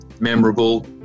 memorable